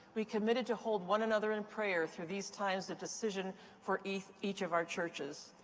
we committed to hold one another in prayer through these times of decision for each each of our churches.